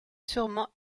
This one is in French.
sûrement